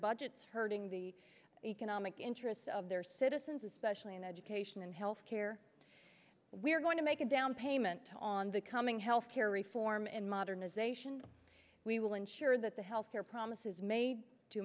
budgets hurting the economic interests of their citizens especially in education and health care we're going to make a down payment on the coming health care reform and modernization we will ensure that the health care promises ma